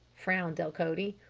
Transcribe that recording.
frowned delcote.